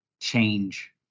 change